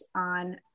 on